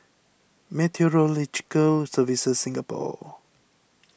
Meteorological Services Singapore